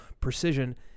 precision